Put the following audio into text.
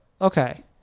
okay